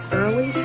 early